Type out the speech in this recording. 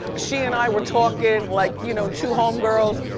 she and i were talking like you know two homegirls.